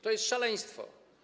To jest szaleństwo.